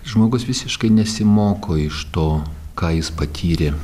žmogus visiškai nesimoko iš to ką jis patyrė